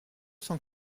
cent